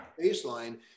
baseline